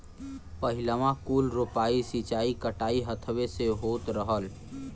पहिलवाँ कुल रोपाइ, सींचाई, कटाई हथवे से होत रहल